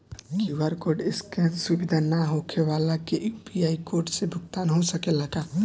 QR code scan सुविधा ना होखे वाला के यू.पी.आई कोड से भुगतान हो सकेला का?